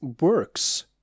works